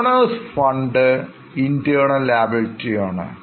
Owners Funds internal liability ആണ്